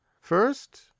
first